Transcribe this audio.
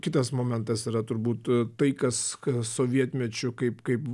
kitas momentas yra turbūt tai kas sovietmečiu kaip kaip